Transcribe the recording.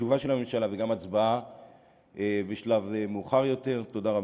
שלפחות ישקול את הנושא של חיוב בעמלה רק פעם אחת בגין אותה פעולה,